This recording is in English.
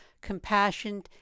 compassion